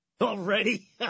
Already